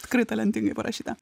tikrai talentingai parašyta